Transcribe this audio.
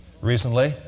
Recently